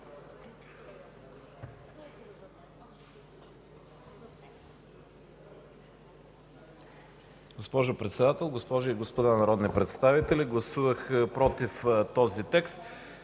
Госпожо Председател, госпожи и господа народни представители! Гласувах „против” този текст,